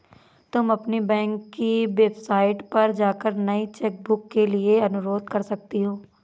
तुम अपनी बैंक की वेबसाइट पर जाकर नई चेकबुक के लिए अनुरोध कर सकती हो